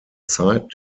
zeit